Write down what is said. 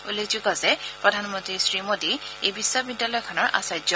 উল্লেখযোগ্য যে প্ৰধানমন্নী শ্ৰীমোডী এই বিশ্ববিদ্যালয়খনৰ আচাৰ্য